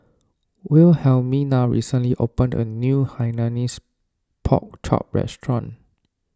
Wilhelmina recently opened a new Hainanese Pork Chop restaurant